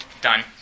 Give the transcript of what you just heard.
done